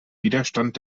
widerstand